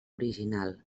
original